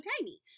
tiny